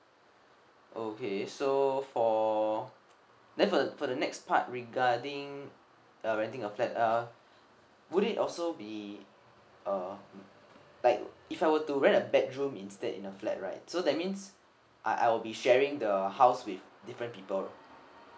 okay so for then for for the next part regarding uh renting a flat uh would it also be uh like if I were to rent a bedroom instead in a flat right so that means I I'll be sharing the house with different people